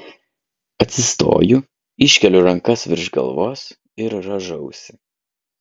atsistoju iškeliu rankas virš galvos ir rąžausi